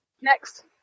Next